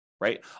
right